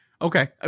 Okay